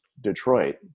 Detroit